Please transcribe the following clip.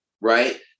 right